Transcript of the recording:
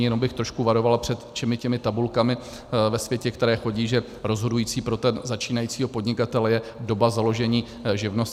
Jenom bych trošku varoval před všemi těmi tabulkami ve světě, které chodí, že rozhodující pro začínajícího podnikatele je doba založení živnosti.